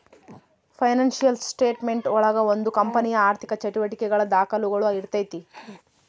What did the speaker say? financial statement ಒಳಗ ಒಂದು ಕಂಪನಿಯ ಆರ್ಥಿಕ ಚಟುವಟಿಕೆಗಳ ದಾಖುಲುಗಳು ಇರ್ತೈತಿ